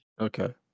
okay